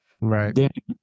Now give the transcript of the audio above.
Right